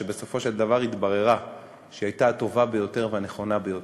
שבסופו של דבר התברר שהיא הייתה הטובה ביותר והנכונה ביותר.